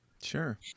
Sure